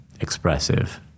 expressive